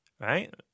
Right